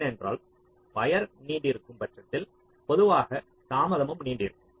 ஏனென்றால் வயர் நீண்டிருக்கும் பட்சத்தில் பொதுவாக தாமதமும் நீண்டிருக்கும்